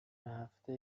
هفته